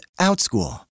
OutSchool